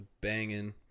banging